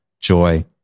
joy